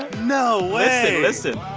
no way listen,